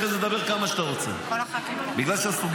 אחרי זה תדבר כמה שאתה רוצה,